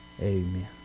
Amen